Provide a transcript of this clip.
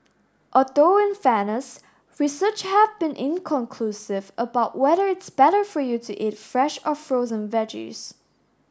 although in fairness research has been inconclusive about whether it's better for you to eat fresh or frozen veggies